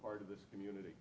part of this community